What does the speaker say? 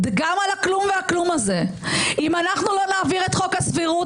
גם על הכלום והכלום הזה אם אנחנו לא נעביר את חוק הסבירות,